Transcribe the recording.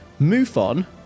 MUFON